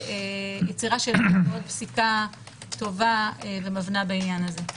והיצירה של עוד ועוד פסיקה טובה ומבנה בעניין הזה.